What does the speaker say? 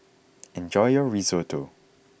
enjoy your Risotto